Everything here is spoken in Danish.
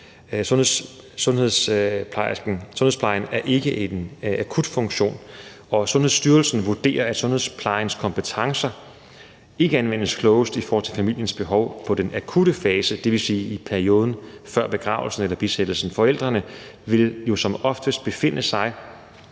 Sundhedsplejen er ikke en akutfunktion, og Sundhedsstyrelsen vurderer, at sundhedsplejens kompetencer ikke anvendes klogest i forhold til familiens behov i den akutte fase, dvs. i perioden før begravelsen eller besættelsen. Forældrene vil jo som oftest befinde sig